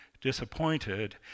disappointed